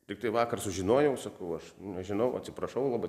tiktai vakar sužinojau sakau aš nežinau atsiprašau labai